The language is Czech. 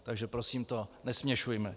Takže prosím to nesměšujme.